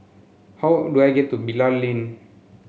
how do I get to Bilal Lane